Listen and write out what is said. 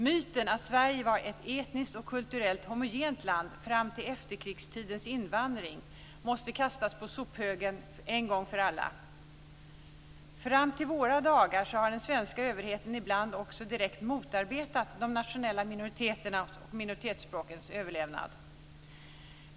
Myten att Sverige var ett etniskt och kulturellt homogent land fram till efterkrigstidens invandring måste kastas på sophögen en gång för alla. Fram till våra dagar har den svenska överheten ibland också direkt motarbetat de nationella minoriteternas och minoritetsspråkens överlevnad.